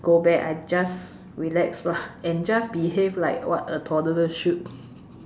go back I'll just relax lah and just behave like what a toddler should